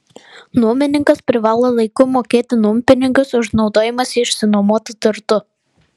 nuomininkas privalo laiku mokėti nuompinigius už naudojimąsi išsinuomotu turtu